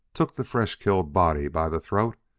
took the fresh-killed body by the throat,